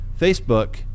Facebook